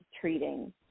treating